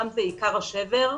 שם זה עיקר השבר.